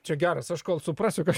čia geras aš kol suprasiu kas